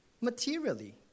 materially